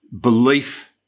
belief